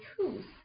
truth